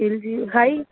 LG high